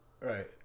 Right